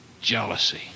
Jealousy